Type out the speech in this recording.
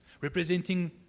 Representing